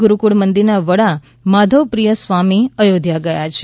ગુરૂક્રળ મંદિરના વડા માધવપ્રિય સ્વામી અયોધ્યા ગયા છે